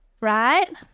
right